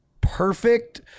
Perfect